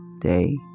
day